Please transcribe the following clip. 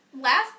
Last